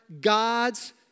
God's